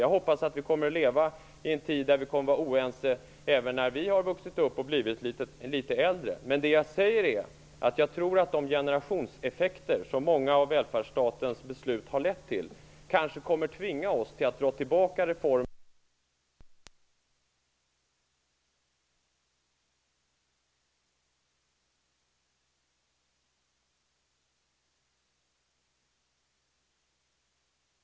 Jag hoppas att vi kommer att leva i en tid där vi kommer att vara oense även när vi har vuxit upp och blivit litet äldre. Det jag säger är att jag tror att de generationseffekter som många av välfärdsstatens beslut har lett till kanske kommer att tvinga oss att dra tillbaka reformer, att dra ned förmåner just därför att vi också har att ta ansvar för betalningen för underfinansierade beslut som har fattats i historien. Det finns nästan inget bättre exempel än det stafettlopp som ATP-systemet utgör, där förmånerna tas ut i dag och betalningen har skjutits på framtida generationer. Det är bl.a. därför vi gör om ATP-systemet. Jag välkomnar den tillnyktringen. Men den behövs på en lång rad olika andra områden för att vårt välfärdssamhälle skall överleva.